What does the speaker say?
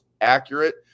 accurate